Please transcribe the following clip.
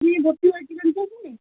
উনি ভর্তি হয়েছিলেন তখুনি